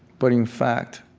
but in fact,